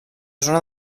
zona